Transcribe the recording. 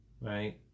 right